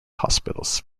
hospitals